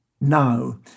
now